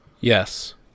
Yes